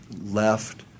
left